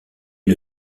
une